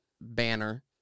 Banner